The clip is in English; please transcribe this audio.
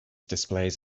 displays